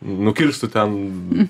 nukirstų ten